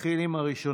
נתחיל עם הראשונה,